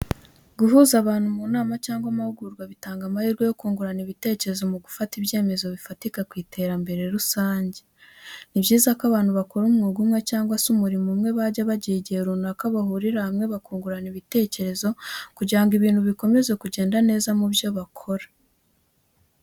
Guhuza abantu mu nama cyangwa amahugurwa bitanga amahirwe yo kungurana ibitekerezo no gufata ibyemezo bifatika ku iterambere rusange. Ni byiza ko abantu bakora umwuga umwe cyangwa se umurimo umwe bajya bagira igihe runaka bahurira hamwe bakungurana ibitekerezo kugira ngo ibintu bikomeze kugenda neza mu byo bakora.